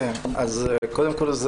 קודם כל,